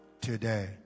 today